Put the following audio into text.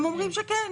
הם אומרים שכן.